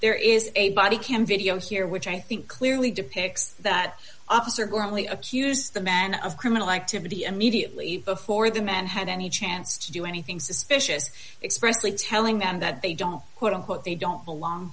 there is a body cam video here which i think clearly depicts that officer who only accused the man of criminal activity and mediately before the man had any chance to do anything suspicious expressly telling them that they don't quote unquote they don't belong